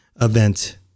event